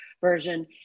version